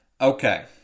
Okay